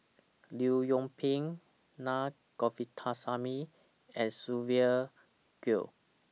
Leong Yoon Pin Na Govindasamy and Sylvia Kho